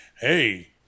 hey